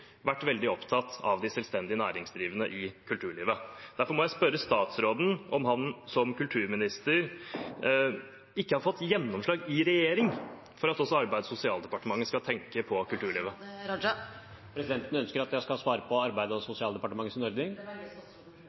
vært veldig opptatt av de selvstendig næringsdrivende i kulturlivet. Derfor må jeg spørre statsråden om han som kulturminister ikke har fått gjennomslag i regjeringen for at også Arbeids- og sosialdepartementet skal tenke på kulturlivet. Ønsker presidenten at jeg skal svare på spørsmål om Arbeids- og sosialdepartementets ordning?